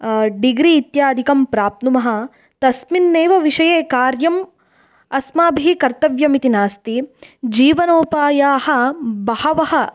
degree इत्यादिकं प्राप्नुमः तस्मिन्नेव विषये कार्यम् अस्माभिः कर्तव्यम् इति नास्ति जीवनोपायाः बहवः